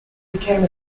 became